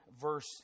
verse